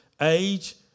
Age